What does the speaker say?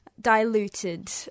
diluted